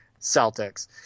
Celtics